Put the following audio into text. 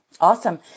Awesome